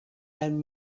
and